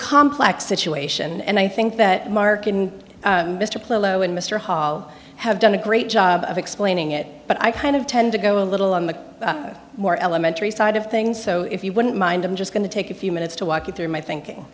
complex situation and i think that mark and mr plough and mr hall have done a great job of explaining it but i kind of tend to go a little on the more elementary side of things so if you wouldn't mind i'm just going to take a few minutes to walk you through my thinking